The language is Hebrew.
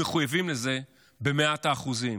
מחויבים לזה במאת האחוזים.